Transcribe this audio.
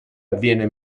avviene